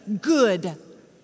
good